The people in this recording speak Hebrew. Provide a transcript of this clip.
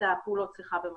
הפעולות במשכון.